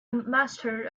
master